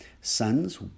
Sons